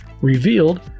revealed